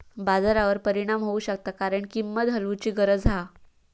बाजारावर परिणाम होऊ शकता कारण किंमत हलवूची गरज हा